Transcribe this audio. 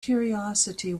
curiosity